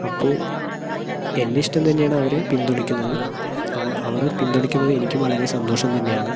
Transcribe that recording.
അപ്പോൾ എൻ്റെ ഇഷ്ടം തന്നെയാണ് അവർ പിന്തുണക്കുന്നത് അവ അവർ പിന്തുണക്കുന്നത് എനിക്കും വളരെ സന്തോഷം തന്നെയാണ്